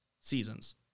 seasons